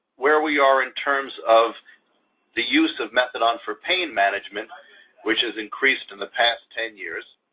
where we are in terms of the use of methadone for pain management which has increased in the past ten years,